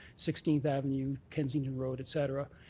sixteenth avenue, kensington road et cetera.